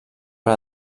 per